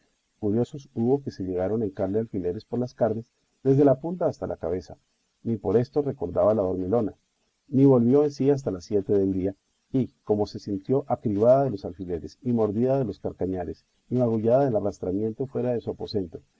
hubo que se llegaron a hincarle alfileres por las carnes desde la punta hasta la cabeza ni por eso recordaba la dormilona ni volvió en sí hasta las siete del día y como se sintió acribada de los alfileres y mordida de los carcañares y magullada del arrastramiento fuera de su aposento